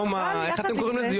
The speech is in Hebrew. איך אתם קוראים לזה,